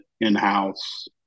in-house